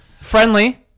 Friendly